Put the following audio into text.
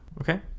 Okay